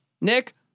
Nick